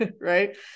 right